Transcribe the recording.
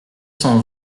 cent